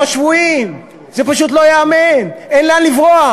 שייתנו שירות יותר טוב, שיתחרו עלינו.